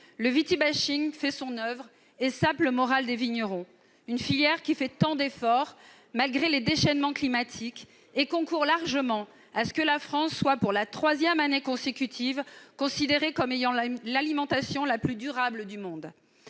Le « viti-bashing » fait son oeuvre et sape le moral des vignerons. La filière viticole fait pourtant tant d'efforts ... Malgré les déchaînements climatiques, elle concourt largement à ce que la France soit, pour la troisième année consécutive, considérée comme ayant l'alimentation la plus durable du monde.